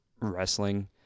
wrestling